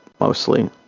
mostly